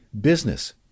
business